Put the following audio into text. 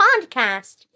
podcast